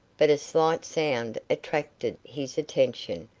but a slight sound attracted his attention,